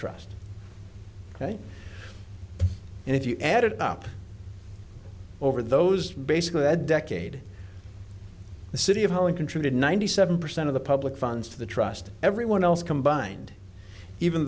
trust and if you add it up over those basically a decade the city of holland contributed ninety seven percent of the public funds to the trust everyone else combined even